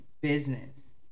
business